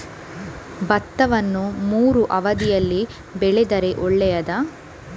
ಭತ್ತವನ್ನು ಮೂರೂ ಅವಧಿಯಲ್ಲಿ ಬೆಳೆದರೆ ಒಳ್ಳೆಯದಾ?